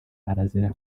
arazira